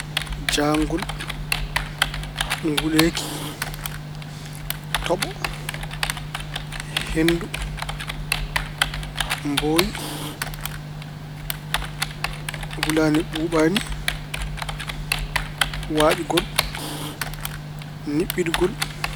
Jaangol, nguleeki, toɓo, henndu, mbooyi, wulaani ɓuuɓaani, waaƴgol, niɓɓiɗgol.